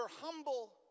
humble